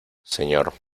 señor